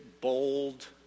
bold